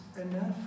enough